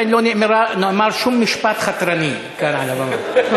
לא נאמר שום משפט חתרני כאן על הבמה.